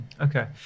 Okay